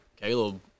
Caleb